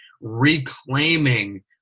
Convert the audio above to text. reclaiming